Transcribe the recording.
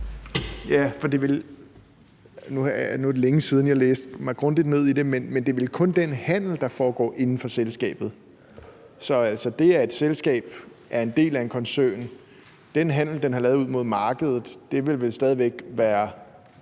Dragsted (EL): Nu er det længe siden, jeg læste mig grundigt ned i det, men det er vel kun den handel, der foregår inden for selskabet. Så den handel, et selskab, der er en del af en koncern, har lavet ud mod markedet, vil vel stadig væk ikke